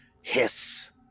hiss